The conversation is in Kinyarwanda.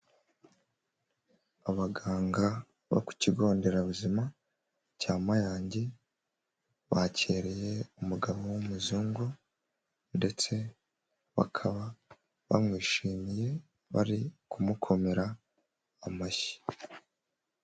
Abaganga bo ku kigo nderabuzima cya Mayange, bakiriye umugabo w'umuzungu ndetse bakaba bamwishimiye bari kumukomera amashyi.